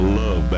love